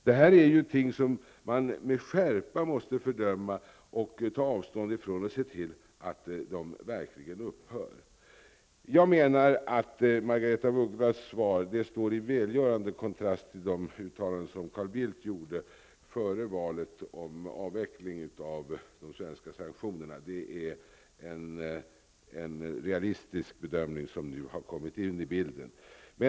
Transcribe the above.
Detta måste man med skärpa fördöma och ta avstånd ifrån. Man måste också se till att detta upphör. Jag menar att Margaretha af Ugglas svar står i välgörande kontrast till de uttalanden som Carl Bildt gjorde före valet när det gäller avveckling av det svenska sanktionerna. Nu har en realistisk bedömning kommit in i bilden.